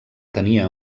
tenia